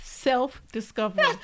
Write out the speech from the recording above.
Self-discovery